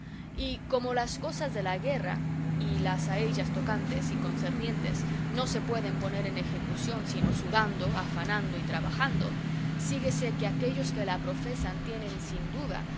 y como las cosas de la guerra y las a ellas tocantes y concernientes no se pueden poner en ejecución sino sudando afanando y trabajando síguese que aquellos que la profesan tienen sin duda